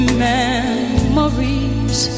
memories